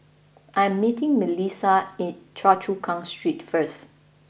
I am meeting Melisa at Choa Chu Kang Street First